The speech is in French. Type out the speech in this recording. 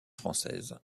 française